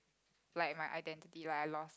like my identity like I lost